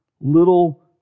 little